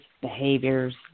behaviors